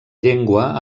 llengua